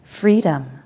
freedom